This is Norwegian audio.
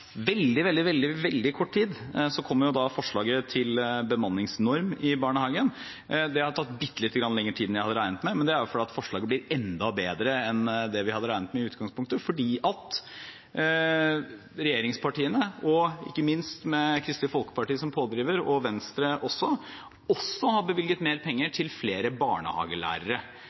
veldig, veldig kort tid – forslaget om bemanningsnorm i barnehagen. Det har tatt litt lengre tid enn jeg hadde regnet med, men det er fordi forslaget blir enda bedre enn det vi hadde regnet med i utgangspunktet, fordi regjeringspartiene – ikke minst med Kristelig Folkeparti som pådriver, og Venstre også – også har bevilget mer penger til flere barnehagelærere,